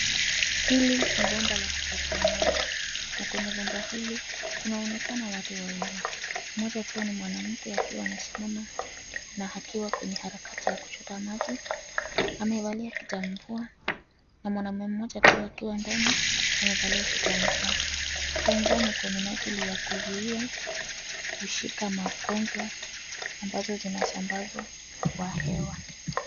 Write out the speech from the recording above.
Hili ni bomba la kuchotea maji, na kwenye bomba hili, kunaonekana watu wawili, mmoja akiwa ni mwanamke akiwa amesimama, na akiwa kwenye harakati ya kuchota maji, amevalia kitamvua, na mwanamume mmoja akiwa ndani amevalia kitamvua. Kitamvua kwa minajili ya kuzuia kushika magonjwa ambazo zinasambazwa kwa hewa.